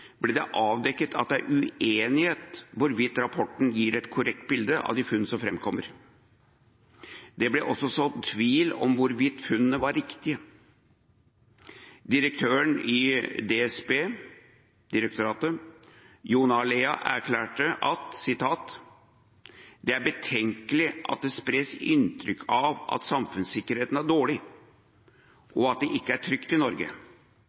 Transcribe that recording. ble det avdekket at det er uenighet om hvorvidt rapporten gir et korrekt bilde av de funn som fremkommer. Det ble også sådd tvil om hvorvidt funnene var riktige. Direktøren i DSB, Jon A. Lea, erklærte at det er betenkelig at det spres inntrykk av at samfunnssikkerheten er dårlig og at det ikke er trygt i Norge,